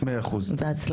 בהצלחה.